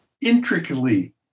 intricately